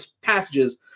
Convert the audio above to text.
passages